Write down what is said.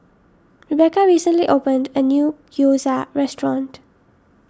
Rebecca recently opened a new Gyoza restaurant